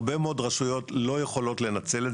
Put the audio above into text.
הרבה מאוד רשויות לא יכולות לנצל את